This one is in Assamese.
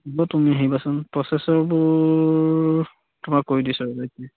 তুমি আহিবাচোন প্ৰচেছৰবোৰ তোমাৰ কৈ দিছো ৰবা এক মিনিট